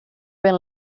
vent